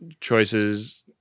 choices